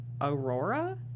Aurora